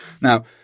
Now